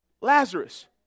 Lazarus